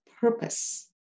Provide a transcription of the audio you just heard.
purpose